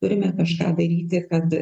turime kažką daryti kad